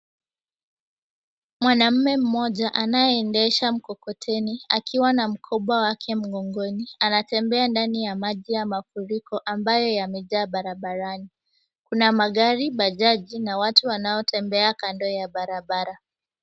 Mwanaume mmoja anayeendesha mkokoteni akiwa na mkoba wake mgongoni anatembea ndani ya maji ya mafuriko ambayo yamejaa barabarani. Kuna magari, bajaji na watu wanaotembea kando ya barabara.